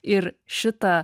ir šitą